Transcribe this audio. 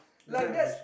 like that's